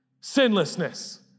sinlessness